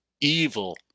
evil